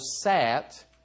sat